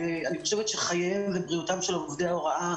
אני חושבת שחייהם ובריאותם של עובדי ההוראה